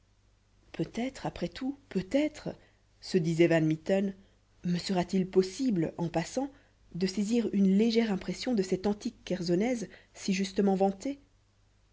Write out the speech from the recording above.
peut-être après tout peut-être se disait van mitten me sera-t-il possible en passant de saisir une légère impression de cette antique chersonèse si justement vantée